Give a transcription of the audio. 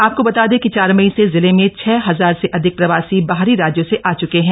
आपको बता दें कि चार मई से जिले में छह हजार से अधिक प्रवासी बाहरी राज्यों से आ चुके हैं